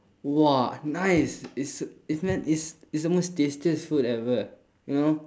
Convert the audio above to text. !wah! nice is is meant is is the most tastiest food ever you know